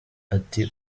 ati